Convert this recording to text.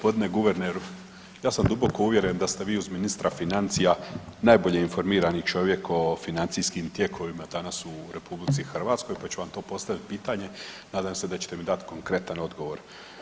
Poštovani g. guverneru, ja sam duboko uvjeren da ste vi uz ministra financija najbolje informirani čovjek o financijskim tijekovima danas u RH, pa ću vam tu postaviti pitanje nadam se da ćete mi dati konkretan odgovor.